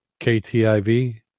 KTIV